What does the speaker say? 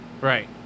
Right